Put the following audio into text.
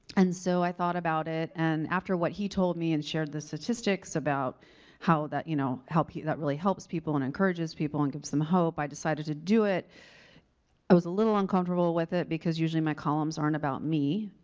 and so, i thought about it, and after what he told me, and shared the statistics about how that, you know, how that really helps people, and encourages people, and gives them hope, i decided to do it. i was a little uncomfortable with it because usually my columns aren't about me,